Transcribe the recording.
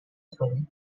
throne